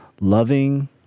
loving